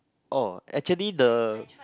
oh actually the